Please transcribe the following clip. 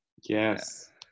Yes